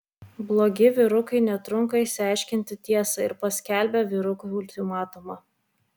blogi vyrukai netrunka išsiaiškinti tiesą ir paskelbia vyrukui ultimatumą